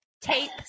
tape